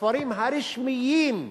בספרים הרשמיים.